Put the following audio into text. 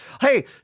Hey